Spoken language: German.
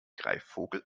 greifvogel